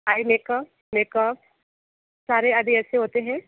आई makeup makeup सारे आदि ऐसे होते हैं